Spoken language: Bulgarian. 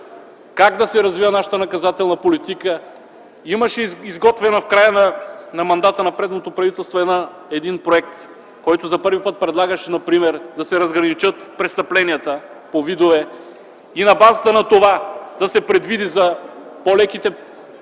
как да се развива нашата наказателна политика. Имаше изготвен в края на мандата на предното правителство един проект, който за първи път предлагаше например да се разграничат престъпленията по видове и на базата на това да се предвиди за по-леките